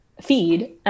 feed